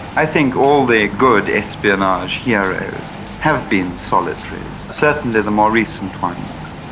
i think all the good espionage heroes have been solitaries. certainly the more recent ones.